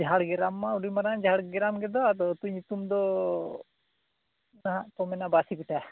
ᱡᱷᱟᱲᱜᱨᱟᱢ ᱢᱟ ᱟᱹᱰᱤ ᱢᱟᱨᱟᱝ ᱡᱷᱟᱲᱜᱨᱟᱢ ᱜᱮᱫᱚ ᱟᱫᱚ ᱟᱛᱳ ᱧᱩᱛᱩᱢ ᱫᱚ ᱱᱟᱦᱟᱜ ᱠᱚ ᱢᱮᱱᱟ ᱵᱟᱹᱥᱤ ᱵᱤᱴᱟ